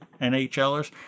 NHLers